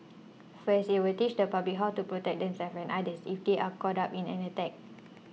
first it will teach the public how to protect themselves and others if they are caught up in an attack